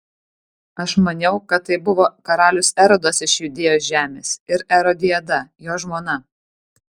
aš maniau kad tai buvo karalius erodas iš judėjos žemės ir erodiada jo žmona